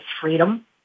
freedom